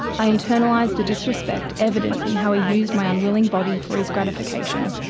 i internalised the disrespect evident in how i used my unwilling body for his gratification,